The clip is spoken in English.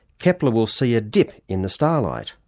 kepler will see a dip in the starlight.